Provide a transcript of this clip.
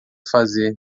fazer